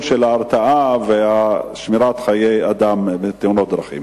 של הרתעה ושמירת חיי אדם מתאונות דרכים.